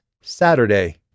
Saturday